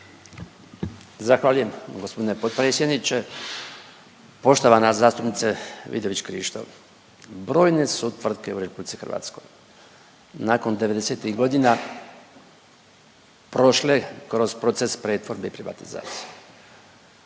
Zahvaljujem gospodine potpredsjedniče. Poštovana zastupnice Vidović-Krišto. Brojne su tvrtke u Republici Hrvatskoj nakon 90-tih godina prošle kroz proces pretvorbe i privatizacije,